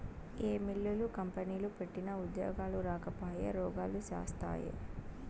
ఏ మిల్లులు, కంపెనీలు పెట్టినా ఉద్యోగాలు రాకపాయె, రోగాలు శాస్తాయే